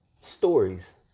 Stories